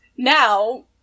Now